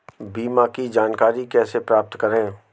बीमा की जानकारी प्राप्त कैसे करें?